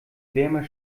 wärmer